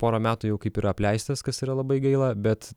pora metų jau kaip yra apleistas kas yra labai gaila bet